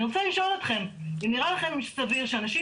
אני רוצה לשאול אתכם אם נראה לכם סביר שאנשים